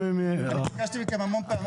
אני ביקשתי מכם המון פעמים.